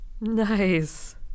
Nice